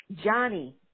Johnny